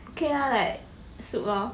okay lah like soup lor